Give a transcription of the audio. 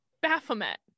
Baphomet